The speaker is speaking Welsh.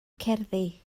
cerddi